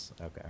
Okay